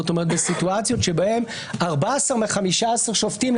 בסיטואציות שבהן 14 מ-15 שופטים,